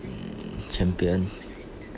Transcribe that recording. Champion